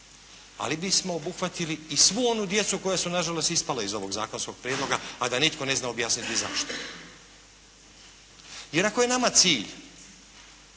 ali bismo obuhvatili i svu onu djecu koja su nažalost ispala iz ovog zakonskog prijedloga a da nitko ne zna objasniti zašto. Jer ako je nama cilj